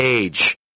age